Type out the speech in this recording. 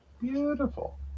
beautiful